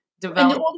develop